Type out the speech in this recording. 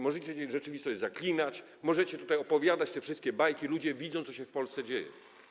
Możecie rzeczywistość zaklinać, możecie tutaj opowiadać te wszystkie bajki, a ludzie widzą, co się w Polsce dzieje.